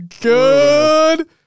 good